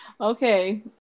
Okay